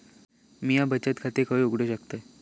म्या बचत खाते खय उघडू शकतय?